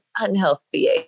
unhealthy